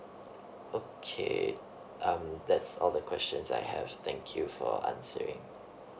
okay um that's all the questions I have thank you for answering